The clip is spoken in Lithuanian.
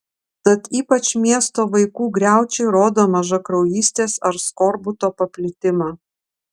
tad ypač miesto vaikų griaučiai rodo mažakraujystės ar skorbuto paplitimą